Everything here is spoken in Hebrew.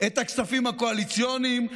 את הכספים הקואליציוניים,